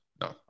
no